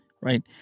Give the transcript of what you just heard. right